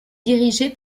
dirigée